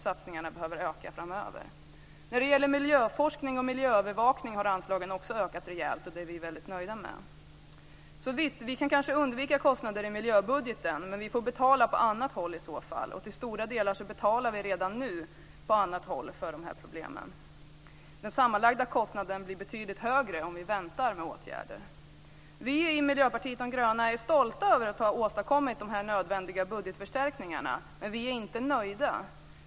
Satsningarna behöver öka framöver. När det gäller miljöforskning och miljöövervakning har anslagen också ökat rejält. Det är vi väldigt nöjda med. Visst kan vi kanske undvika kostnader i miljöbudgeten. Men vi får i så fall betala på annat håll. Till stora delar betalar vi redan nu på annat håll för dessa problem. Den sammanlagda kostnaden blir betydligt högre om vi väntar med åtgärder. Vi i Miljöpartiet de gröna är stolta över att ha åstadkommit de nödvändiga budgetförstärkningarna, men vi är inte nöjda.